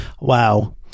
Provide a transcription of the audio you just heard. Wow